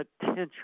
potential